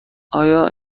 آیا